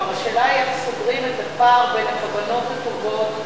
השאלה היא איך סוגרים את הפער בין הכוונות הטובות,